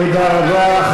תודה רבה.